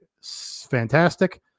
fantastic